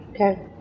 Okay